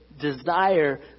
desire